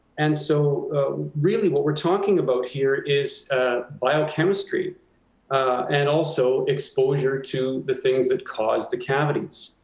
and so really what we're talking about here is biochemistry and also exposure to the things that cause the cavities.